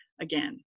again